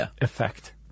effect